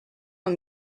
him